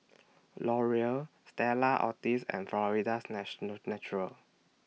Laurier Stella Artois and Florida's National Natural